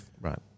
Right